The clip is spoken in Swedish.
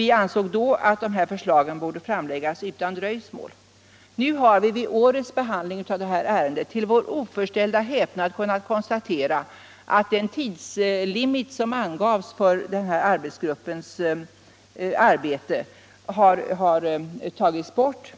Vi ansåg då att förslagen borde framläggas utan dröjsmål. Nu har vi vid årets behandling av detta ärende till vår oförställda häpnad kunnat konstatera att den tidslimit som angavs för den här arbetsgruppen har tagits bort.